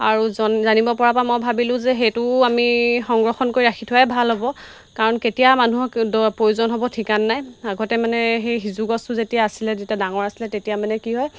আৰু জানিব পৰাৰপৰা মই ভাবিলোঁ যে সেইটো আমি সংৰক্ষণ কৰি ৰাখি থোৱাই ভাল হ'ব কাৰণ কেতিয়া মানুহক প্ৰয়োজন হ'ব ঠিকান নাই আগতে মানে সেই সিজু গছটো যেতিয়া আছিলে তেতিয়া ডাঙৰ আছিলে তেতিয়া মানে কি হয়